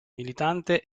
militante